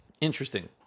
Interesting